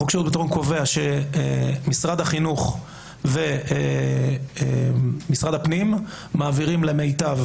חוק שירות ביטחון קובע שמשרד החינוך ומשרד הפנים מעבירים למיטב,